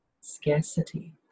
scarcity